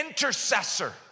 intercessor